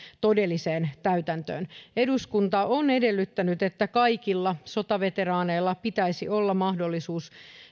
todelliseen täytäntöön eduskunta on edellyttänyt että kaikilla sotaveteraaneilla pitäisi olla mahdollisuus